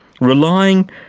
relying